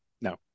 No